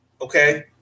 Okay